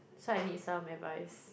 so I need some advice